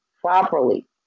properly